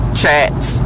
chats